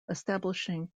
establishing